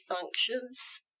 functions